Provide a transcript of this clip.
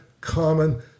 common